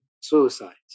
suicides